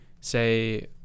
say